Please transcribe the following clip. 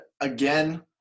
again